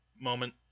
moment